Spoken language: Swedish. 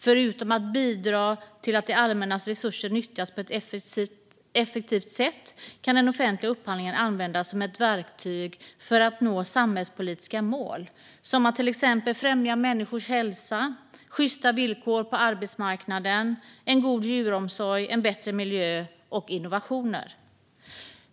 Förutom att bidra till att det allmännas resurser nyttjas på ett effektivt sätt kan den offentliga upphandlingen användas som ett verktyg för att nå samhällspolitiska mål, till exempel att främja människors hälsa, sjysta villkor på arbetsmarknaden, en god djuromsorg, en bättre miljö och innovationer.